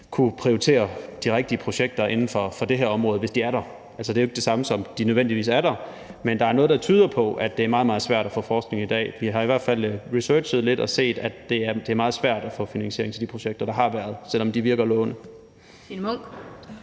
kunne prioritere de rigtige projekter inden for det her område, hvis de er der. Altså, det er jo ikke det samme, som at de nødvendigvis er der, men der er noget, der tyder på, at det er meget, meget svært at få forskning i dag. Vi har i hvert fald researchet lidt og set, at det er meget svært at få finansiering til de projekter, der har været, selv om de virker lovende.